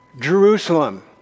Jerusalem